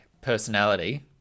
personality